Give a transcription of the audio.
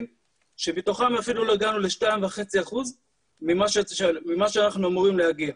שמתוכם לא הגענו ל-2.5% ממה שאנחנו אמורים להגיע.